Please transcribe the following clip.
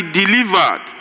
delivered